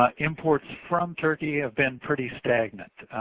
ah imports from turkey have been pretty stagnant